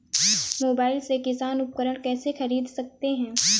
Mobile से किसान उपकरण कैसे ख़रीद सकते है?